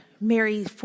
Mary